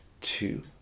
two